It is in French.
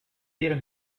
dire